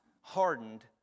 hardened